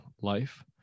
life